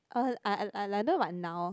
uh I I rather like now